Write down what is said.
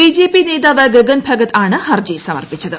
B J P നേതാവ് ഗഗൻ ഭഗത് ആണ് ഹർജി സമർപ്പിച്ചത്